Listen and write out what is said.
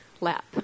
lap